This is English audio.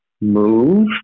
move